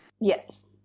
Yes